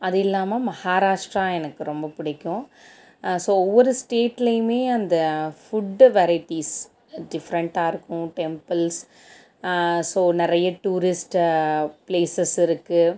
அது இல்லாமல் மஹாராஷ்ட்ரா எனக்கு ரொம்ப பிடிக்கும் ஸோ ஒவ்வொரு ஸ்டேட்லயுமே அந்த ஃபுட்டு வெரைட்டிஸ் டிஃப்ரெண்ட்டாக இருக்கும் டெம்பில்ஸ் ஸோ நிறைய டூரிஸ்ட்டு ப்ளேசஸ் இருக்குது